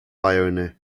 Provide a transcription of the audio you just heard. irony